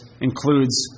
includes